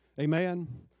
Amen